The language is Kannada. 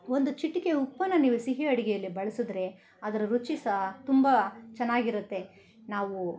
ಒಂದು ಚಿಟಿಕೆ ಉಪ್ಪನ್ನ ನೀವು ಸಿಹಿ ಅಡಿಗೆಯಲ್ಲಿ ಬಳ್ಸಿದ್ರೆ ಅದ್ರ ರುಚಿ ಸಹ ತುಂಬ ಚೆನ್ನಾಗಿರುತ್ತೆ ನಾವು